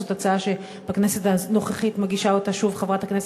זאת הצעה שבכנסת הנוכחית מגישה אותה שוב חברת הכנסת,